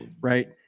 Right